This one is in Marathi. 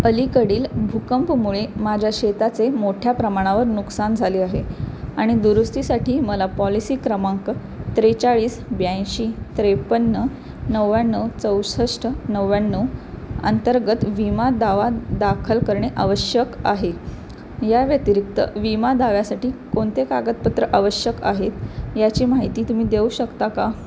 अलीकडील भूकंपामुळे माझ्या शेताचे मोठ्या प्रमाणावर नुकसान झाले आहे आणि दुरुस्तीसाठी मला पॉलिसी क्रमांक त्रेचाळीस ब्याऐंशी त्रेपन्न नव्व्याण्णव चौसष्ट नव्व्याण्णव अंतर्गत विमा दावा दाखल करणे आवश्यक आहे या व्यतिरिक्त विमा दाव्यासाठी कोणते कागदपत्र आवश्यक आहेत याची माहिती तुम्ही देऊ शकता का